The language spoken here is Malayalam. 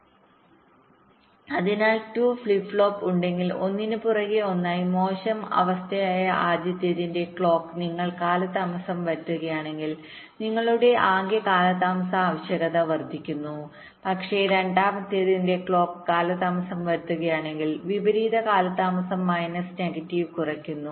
inverted delay gets minus negative subtractedഅതിനാൽ 2 ഫ്ലിപ്പ് ഫ്ലോപ്പ് ഉണ്ടെങ്കിൽ ഒന്നിനു പുറകെ ഒന്നായി മോശം അവസ്ഥയായ ആദ്യത്തേതിന്റെ ക്ലോക്ക് നിങ്ങൾ കാലതാമസം വരുത്തുകയാണെങ്കിൽ നിങ്ങളുടെ ആകെ കാലതാമസ ആവശ്യകത വർദ്ധിക്കുന്നു പക്ഷേ രണ്ടാമത്തേതിന്റെ ക്ലോക്ക് കാലതാമസം വരുത്തുകയാണെങ്കിൽ വിപരീത കാലതാമസം മൈനസ് നെഗറ്റീവ് കുറയ്ക്കുന്നു